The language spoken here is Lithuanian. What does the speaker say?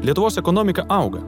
lietuvos ekonomika auga